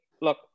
look